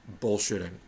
bullshitting